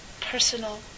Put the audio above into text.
personal